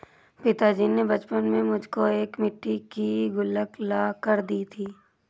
पिताजी ने बचपन में मुझको एक मिट्टी की गुल्लक ला कर दी थी